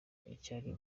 icyari